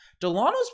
Delano's